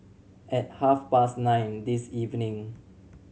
at half past nine this evening